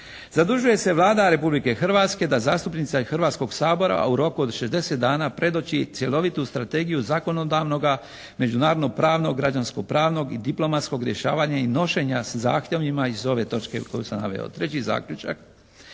"Zadužuje se Vlada Republike Hrvatske da zastupnike Hrvatskog sabora u roku od 60 dana predoči cjelovitu strategiju zakonodavnoga međunarodnopravnog, građanskopravnog i diplomatskog rješavanja i nošenja sa zahtjevima iz ove točke koju sam naveo". Treći zaključak.